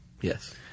Yes